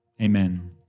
Amen